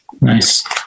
Nice